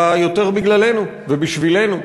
אלא יותר בגללנו ובשבילנו,